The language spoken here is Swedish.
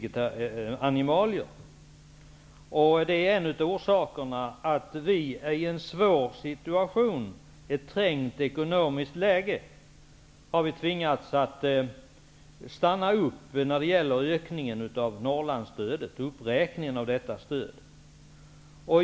En av orsakerna till att vi har tvingats stanna upp med uppräkningen av Norrlandsstödet är att vi befinner oss i ett trängt ekonomiskt läge.